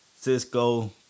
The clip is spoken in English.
Cisco